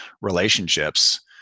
relationships